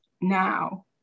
Now